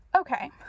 okay